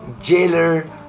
jailer